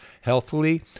healthily